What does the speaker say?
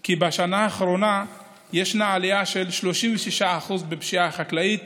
כי בשנה האחרונה ישנה עלייה של 36% בפשיעה החקלאית